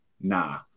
Nah